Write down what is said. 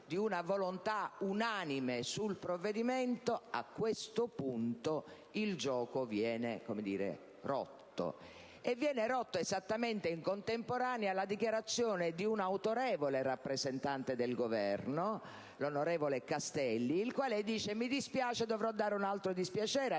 di una volontà unanime sul provvedimento. A questo punto, il gioco viene rotto, esattamente in contemporanea alla dichiarazione di un autorevole rappresentante del Governo, l'onorevole Castelli, il quale dice: «Mi dispiace, dovrò dare un altro dispiacere